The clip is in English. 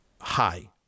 high